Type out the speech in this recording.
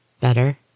Better